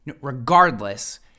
Regardless